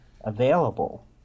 available